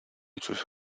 sus